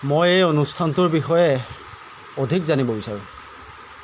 মই এই অনুষ্ঠানটোৰ বিষয়ে অধিক জানিব বিচাৰোঁ